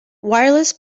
wireless